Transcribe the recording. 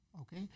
okay